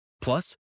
Plus